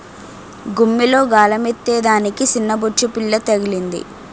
గుమ్మిలో గాలమేత్తే దానికి సిన్నబొచ్చుపిల్ల తగిలింది